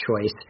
choice